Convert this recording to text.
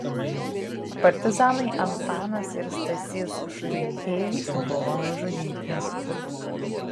partizanai antanas ir stasys štuikiai buvo nužudyti